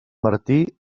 martí